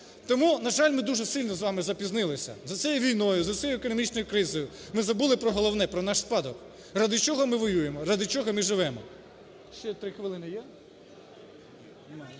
Тому, на жаль, ми дуже сильно з вами запізнилися за цією війною, за цією економічною кризою ми забули про головне, про наш спадок – ради чого ми воюємо, ради чого ми живемо.